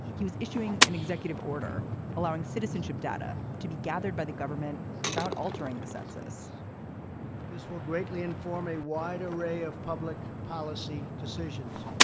he was issuing an executive order allowing citizenship data to be gathered by the government without altering the census this will greatly inform a wide array of public policy decisions.